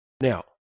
Now